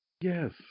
Yes